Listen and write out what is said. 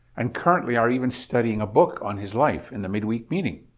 and currently are even studying a book on his life in the mid-week meeting.